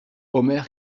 omer